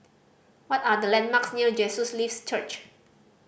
what are the landmarks near Jesus Lives Church